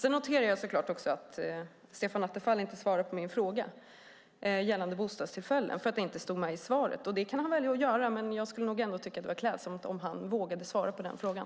Jag noterar så klart också att Stefan Attefall inte svarar på min fråga gällande bostadstillfällen, eftersom det inte stod med i interpellationen. Så kan han välja att göra, men jag skulle ändå tycka att det var klädsamt om han vågade svara på den frågan.